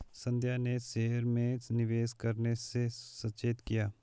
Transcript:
संध्या ने शेयर में निवेश करने से सचेत किया